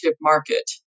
market